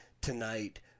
tonight